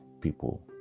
people